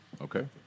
Okay